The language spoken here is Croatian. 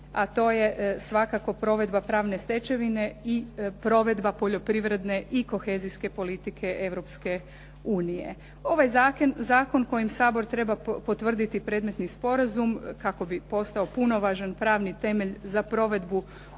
a to je svakako provedba pravne stečevine i provedba poljoprivredne i kohezijske politike Europske unije. Ovaj zakon kojim Sabor treba potvrditi predmetni sporazum kako bi postao punovažan pravni temelj za provedbu